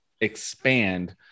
expand